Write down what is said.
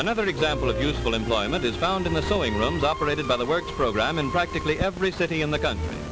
another example of useful employment is found in the sewing rooms operated by the works program in practically every city in the country